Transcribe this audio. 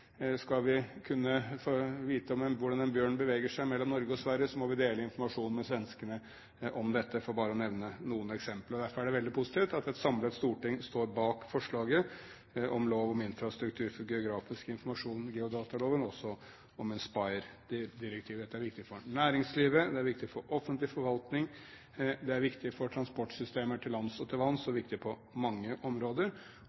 Skal vi kunne få vite hvordan en bjørn beveger seg mellom Norge og Sverige, må vi dele informasjon med svenskene om dette – bare for å nevne noen eksempler. Derfor er det veldig positivt at et samlet storting står bak forslaget om lov om infrastruktur for geografisk informasjon – geodataloven – og også om INSPIRE-direktivet. Dette er viktig for næringslivet, det er viktig for offentlig forvaltning, det er viktig for transportsystemer til lands og til vanns